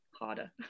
harder